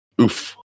Oof